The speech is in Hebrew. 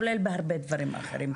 כולל בהרבה דברים אחרים.